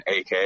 AK